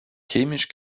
chemisch